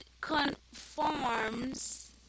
conforms